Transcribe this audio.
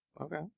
Okay